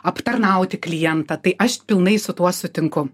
aptarnauti klientą tai aš pilnai su tuo sutinku